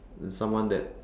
someone that